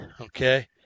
okay